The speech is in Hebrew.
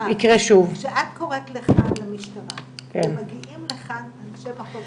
כשאת קוראת למשטרה ומגיעים לכאן אנשי מחוז